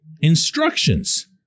instructions